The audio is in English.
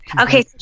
okay